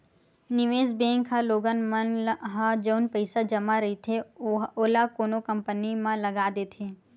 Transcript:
निवेस बेंक ह लोगन मन ह जउन पइसा जमा रहिथे ओला कोनो कंपनी म लगा देथे